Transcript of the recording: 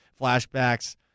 flashbacks